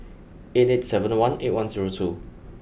eight eight seven one eight one zero two